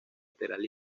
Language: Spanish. lateral